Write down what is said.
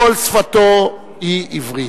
כל שפתו היא עברית,